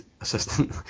assistant